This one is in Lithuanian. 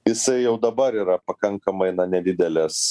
jisai jau dabar yra pakankamai nedidelės